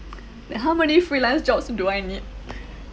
how many freelance jobs do I need